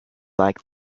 like